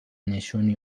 نشونی